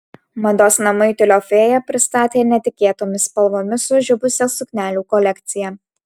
mados namai tiulio fėja pristatė netikėtomis spalvomis sužibusią suknelių kolekciją